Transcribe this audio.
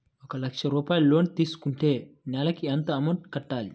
ఒక లక్ష రూపాయిలు లోన్ తీసుకుంటే నెలకి ఎంత అమౌంట్ కట్టాలి?